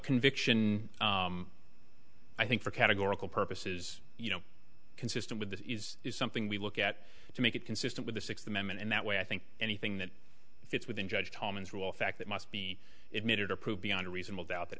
conviction i think for categorical purposes you know consistent with that is something we look at to make it consistent with the sixth amendment in that way i think anything that fits within judge holman's will affect that must be it needed to prove beyond a reasonable doubt that